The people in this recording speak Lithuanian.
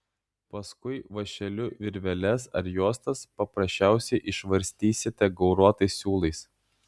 paskui vąšeliu virveles ar juostas paprasčiausiai išvarstysite gauruotais siūlais